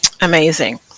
Amazing